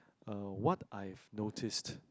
uh what I've noticed